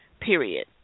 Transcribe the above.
Period